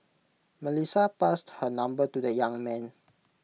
Melissa passed her number to the young man